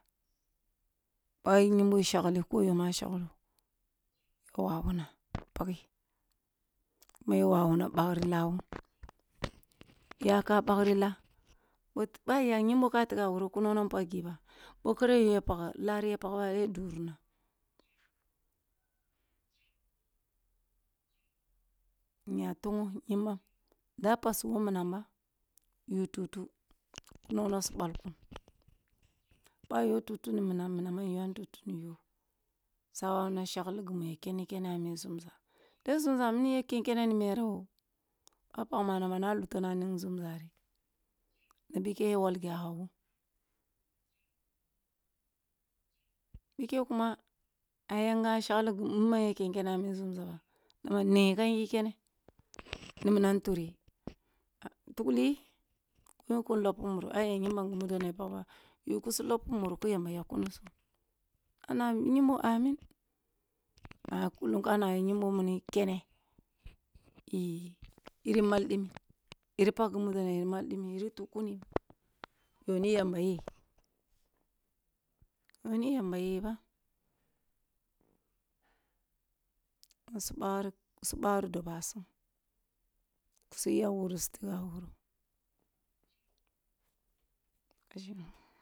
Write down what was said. Boh nyimbo shagleh ko yo ma a shaglo a wawuna pageh, ku ma ya wawuna bagri lawun, yaka bagri la boh a yagh nyimbog ka tigo a wuro ku nino pagh giba, boh kare yogh yap aga bay a duruni. Inya ton gho nyimbam da passi wogh minambo yu tutu ni niinam, minan ma in yuwam tutu ni yogh sa wawu shagle gimi ya ken keene a mi zumza tebh zumza min ya ken kene ni mere who boh pag mmanana ba na luto na nina zummza ri na bikeh ya wolgya wun. Bikeh kuma a yang shagli ni man ya ken kene a mi zumza ba na ma ningyi kam ki kene ni minan turi tugliyi kun yuk un loppi muru aya nyumban gumu dona pagba yu kusu loppi muru ki yama yagh kunisum, ka na nyimbo amin boh na nyimbo kene yiri mal dimin yiri pag gumudo na yiri mal dimin yiri tu kumni yogh ni yamba ye? Yo ni yamba ye ba, yo su bagri dobasum ku si yagh wuru su tigh a wuru